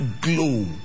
glow